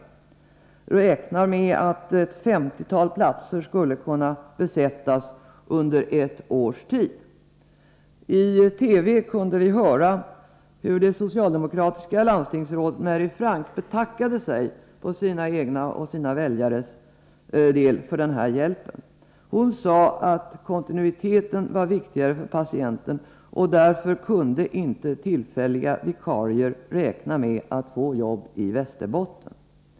Man räknar med att ett 50-tal platser skulle kunna besättas under ett års tid. I TV kunde vi höra hur det socialdemokratiska landstingsrådet Mary Frank betackade sig för sin egen del och för sina väljares del för denna hjälp. Hon sade att kontinuiteten var viktigare för patienten, och därför kunde inte tillfälliga vikarier räkna med att få jobb i Västerbotten.